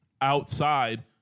outside